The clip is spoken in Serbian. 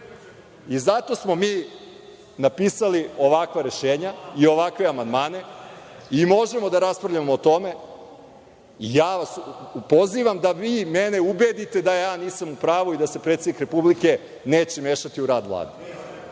zato smo mi napisali ovakva rešenja i ovakve amandmane. Možemo da raspravljamo o tome. Ja vas pozivam da vi mene ubedite da ja nisam u pravu i da se predsednik Republike neće mešati u rad Vlade.